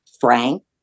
Frank